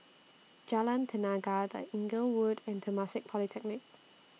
Jalan Tenaga The Inglewood and Temasek Polytechnic